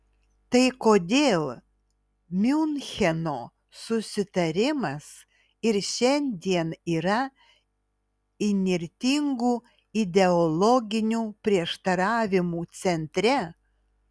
tai kodėl miuncheno susitarimas ir šiandien yra įnirtingų ideologinių prieštaravimų centre